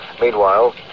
Meanwhile